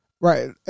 Right